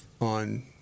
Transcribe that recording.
on